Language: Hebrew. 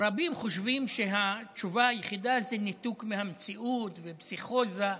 רבים חושבים שהתשובה היחידה היא ניתוק מהמציאות ופסיכוזה,